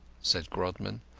said grodman.